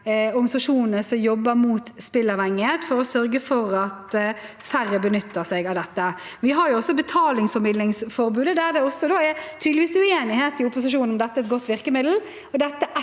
organisasjonene som jobber mot spilleavhengighet, for å sørge for at færre benytter seg av dette. Vi har også betalingsformidlingsforbudet, som det tydeligvis også er uenighet om i opposisjonen om er et godt vir